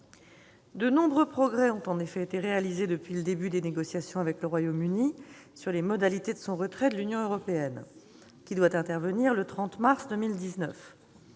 De nombreux progrès ont été réalisés depuis le début des négociations avec le Royaume-Uni sur les modalités de son retrait de l'Union européenne, qui doit intervenir le 30 mars 2019.